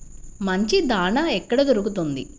మంచి దాణా ఎక్కడ దొరుకుతుంది?